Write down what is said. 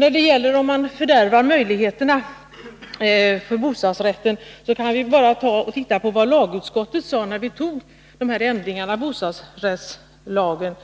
När det gäller frågan om man fördärvar möjligheterna för bostadsrätten kan vi bara ta och titta på vad lagutskottet sade när vi fattade beslut om de här ändringarna av bostadsrättslagen